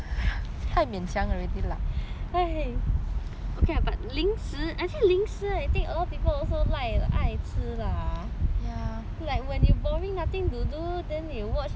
okay lah but 零食 actually 零食 I think a lot people also like 爱吃 lah like when you boring nothing to do then you watch T_V 看 netflix